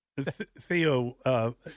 Theo